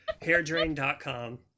hairdrain.com